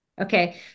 Okay